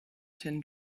tin